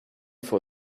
for